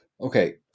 Okay